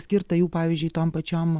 skirtą jų pavyzdžiui tom pačiom